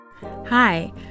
Hi